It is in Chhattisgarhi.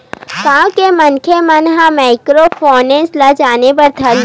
गाँव के मनखे मन ह माइक्रो फायनेंस ल बने जाने बर धर लिस